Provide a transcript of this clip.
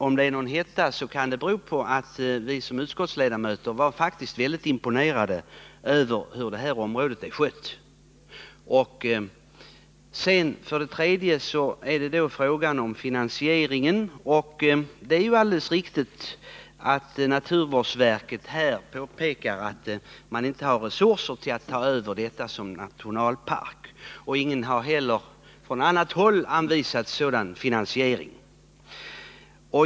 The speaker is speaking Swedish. För det andra var vi utskottsledamöter faktiskt väldigt imponerade över det sätt på vilket det här området är skött. Så till frågan om finansieringen. Naturvårdsverket påpekar alldeles riktigt att det inte finns resurser för ett övertagande av området som nationalpark. Från annat håll har heller ingen anvisat sådan finansiering.